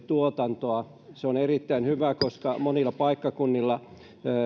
tuotantoa se on erittäin hyvä koska monilla paikkakunnilla